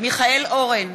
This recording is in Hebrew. מיכאל אורן,